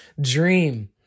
dream